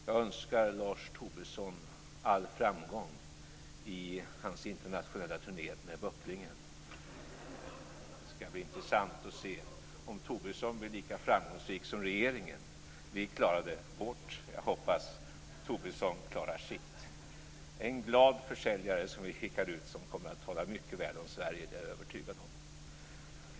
Jag önskar Lars Tobisson all framgång i hans internationella turné med böcklingen. Det ska bli intressant att se om Tobisson blir lika framgångsrik som regeringen. Vi klarade vårt. Jag hoppas att Tobisson klarar sitt. Det är en glad försäljare vi skickar ut som kommer att tala mycket väl om Sverige. Det är jag övertygad om.